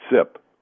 sip